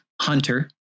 hunter